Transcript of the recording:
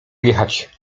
jechać